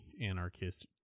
anarchist